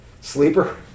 Sleeper